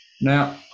Now